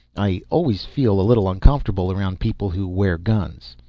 i always feel a little uncomfortable around people who wear guns.